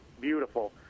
beautiful